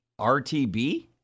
RTB